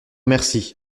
merci